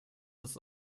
des